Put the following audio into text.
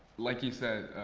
like you said,